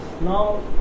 Now